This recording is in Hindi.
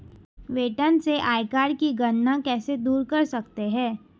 वेतन से आयकर की गणना कैसे दूर कर सकते है?